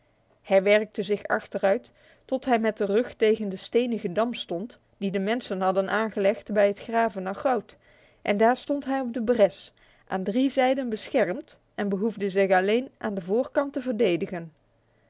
hij werkte zich achteruit tot hij met de rug tegen de stenige dam stond die de mensen hadden aangelegd bij het graven naar goud en daar stond hij op de bres aan drie zijden beschrmd nofzialendvorkt verdedigen